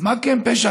אז מה כן פשע?